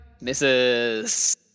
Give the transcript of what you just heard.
misses